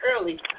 early